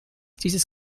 dieses